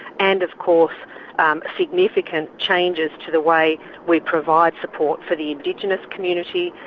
and of course um significant changes to the way we provide support for the indigenous community,